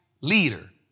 leader